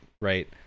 right